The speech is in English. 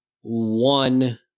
one